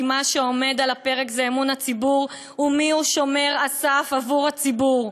כי מה שעומד על הפרק זה אמון הציבור ומיהו שומר הסף עבור הציבור.